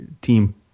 team